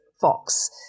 Fox